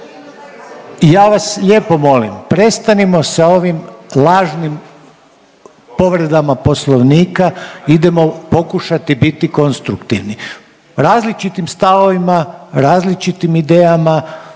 Ja vas lijepo molim prestanimo sa ovim lažnim povredama poslovnika, idemo pokušati biti konstruktivni, različitim stavovima, različitim idejama